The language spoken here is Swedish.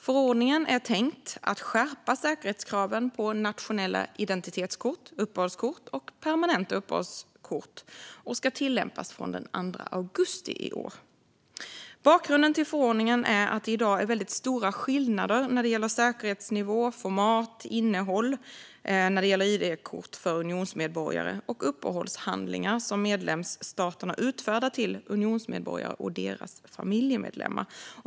Förordningen är tänkt att skärpa säkerhetskraven på nationella identitetskort, uppehållskort och permanenta uppehållskort och ska tillämpas från och med den 2 augusti i år. Bakgrunden till förordningen är att det i dag finns stora skillnader avseende säkerhetsnivå, format och innehåll när det gäller id-kort för unionsmedborgare och de uppehållshandlingar som medlemsstaterna utfärdar till unionsmedborgare och deras familjemedlemmar.